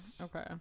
Okay